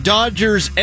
Dodgers